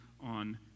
on